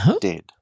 Dead